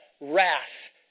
wrath